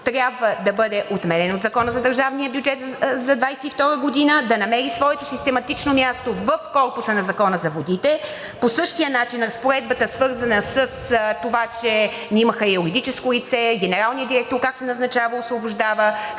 трябва да бъде отменен от Закона за държавния бюджет за 2022 г., да намери своето систематично място в корпуса на Закона за водите. По същия начин разпоредбата, свързана с това, че НИМХ е юридическо лице, генералният директор как се назначава, освобождава,